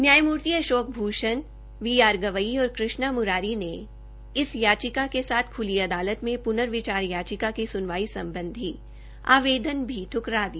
न्यायमूर्ति Ashok Bhushan B R Gavai और कृष्णा मुरारी ने इस याचिका के साथ ख्ली अदालत में पूर्नविचार याचिका की स्नवाई सम्बधी आवेदन भी ठ्करा दिया